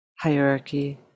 hierarchy